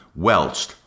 welched